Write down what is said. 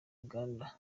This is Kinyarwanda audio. uganda